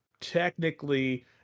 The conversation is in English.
technically